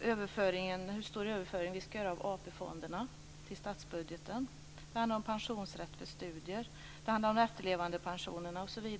hur stor överföring vi skall göra av AP-fonderna till statsbudgeten. Det handlar om pensionsrätt för studier. Det handlar om efterlevandepensionerna osv.